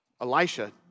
Elisha